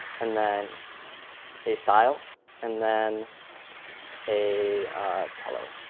and then a style and then a color.